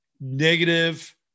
negative